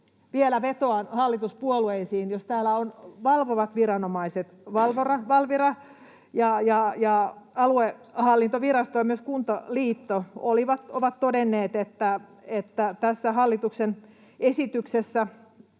vielä vetoan hallituspuolueisiin, jos täällä valvovat viranomaiset, Valvira ja aluehallintovirasto, ja myös Kuntaliitto ovat yksikantaan todenneet, että kun tässä hallituksen esityksessä